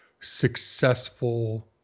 successful